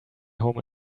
home